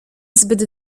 zbyt